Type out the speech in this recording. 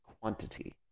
quantity